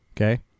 Okay